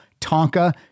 Tonka